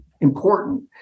important